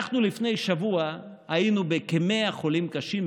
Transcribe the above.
אנחנו לפני שבוע היינו בכ-100 חולים קשה,